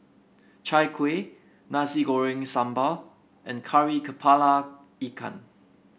Chai Kueh Nasi Goreng Sambal and Kari kepala Ikan